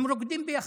הם רוקדים ביחד.